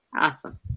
Awesome